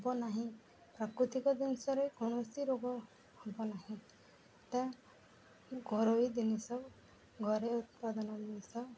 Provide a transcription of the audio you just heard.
ହବ ନାହିଁ ପ୍ରାକୃତିକ ଜିନିଷରେ କୌଣସି ରୋଗ ହବ ନାହିଁ ଏଇଟା ଘରୋଇ ଜିନିଷ ଘରେ ଉତ୍ପାଦନ ଜିନିଷ